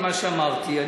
אני אמרתי את מה שאמרתי,